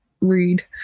read